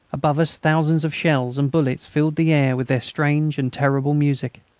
above us thousands of shells and bullets filled the air with their strange and terrible music.